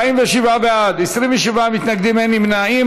47 בעד, 28 מתנגדים, אין נמנעים.